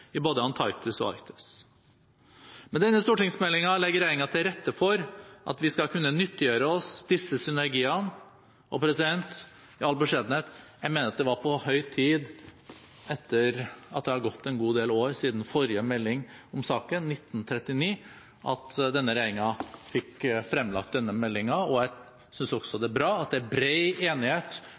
i både Antarktis og Arktis. Med denne stortingsmeldingen legger regjeringen til rette for at vi skal kunne nyttiggjøre oss disse synergiene, og i all beskjedenhet mener jeg det var på høy tid – etter at det har gått en god del år siden forrige melding om saken, 1939 – at en, med denne regjeringen, fikk fremlagt denne meldingen. Jeg synes også det er bra at det er bred enighet